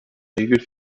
regel